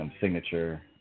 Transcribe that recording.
signature